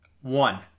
One